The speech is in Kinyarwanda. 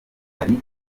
ari